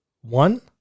One